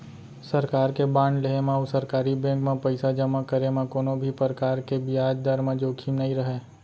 सरकार के बांड लेहे म अउ सरकारी बेंक म पइसा जमा करे म कोनों भी परकार के बियाज दर म जोखिम नइ रहय